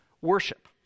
worship